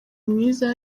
mwiza